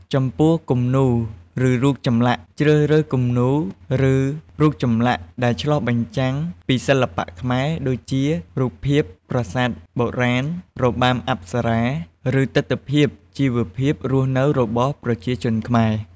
ចំពោះ គំនូរ ឬរូបចម្លាក់ ជ្រើសរើស គំនូរ ឬរូបចម្លាក់ដែលឆ្លុះបញ្ចាំងពីសិល្បៈខ្មែរ ដូចជារូបភាពប្រាសាទបុរាណ របាំអប្សរា ឬទិដ្ឋភាពជីវភាពរស់នៅរបស់ប្រជាជនខ្មែរ។